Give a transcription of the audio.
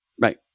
Right